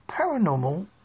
Paranormal